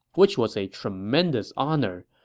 which was a tremendous honor.